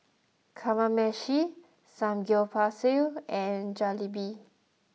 Kamameshi Samgeyopsal and Jalebi